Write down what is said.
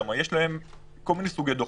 יש להם כל מיני סוגי דוחות.